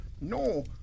No